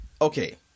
okay